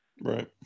Right